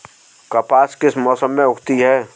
कपास किस मौसम में उगती है?